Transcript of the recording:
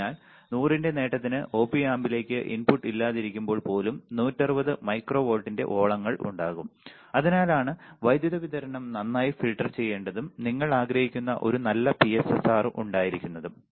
അതിനാൽ 100 ന്റെ നേട്ടത്തിന് ഒപി ആമ്പിലേക്ക് ഇൻപുട്ട് ഇല്ലാതിരിക്കുമ്പോൾ പോലും 160 മൈക്രോ വോൾട്ടിന്റെ ഓളങ്ങൾ ഉണ്ടാകും അതിനാലാണ് വൈദ്യുതി വിതരണം നന്നായി ഫിൽട്ടർ ചെയ്യേണ്ടതും നിങ്ങൾ ആഗ്രഹിക്കുന്ന ഒരു നല്ല പിഎസ്ആർആർ ഉണ്ടായിരിക്കുന്നതും